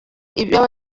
ibyo